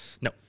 No